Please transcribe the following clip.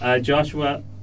Joshua